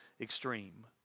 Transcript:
extreme